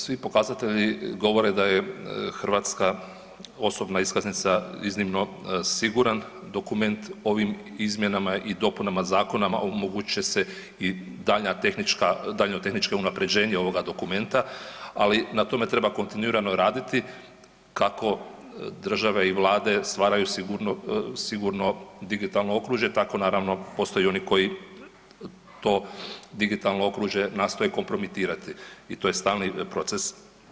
Svi pokazatelji govore da je hrvatska osobna iskaznica iznimno siguran dokument, ovim izmjenama i dopunama zakona omogućit će se daljnje tehničko unapređenje ovoga dokumenta, ali na tome treba kontinuirano raditi, kako države i vlade stvaraju sigurno digitalno okružje tako naravno postoje i oni koji to digitalno okružje nastoje kompromitirati i to je stalni proces.